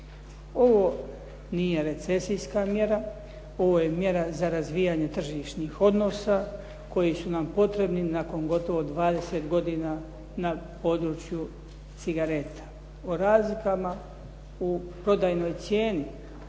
Ovo nije recesijska mjera, ovo je mjera za razvijanje tržišnih odnosa koji su nam potrebni nakon gotovo 20 godina na području cigareta. O razlikama u prodajnoj cijeni